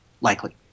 likely